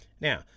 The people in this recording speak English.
Now